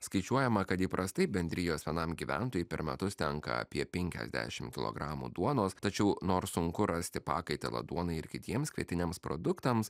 skaičiuojama kad įprastai bendrijos vienam gyventojui per metus tenka apie penkiasdešimt kilogramų duonos tačiau nors sunku rasti pakaitalą duonai ir kitiems kvietiniams produktams